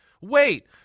Wait